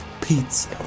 pizza